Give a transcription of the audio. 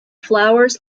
flowers